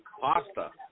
pasta